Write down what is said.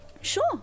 Sure